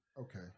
Okay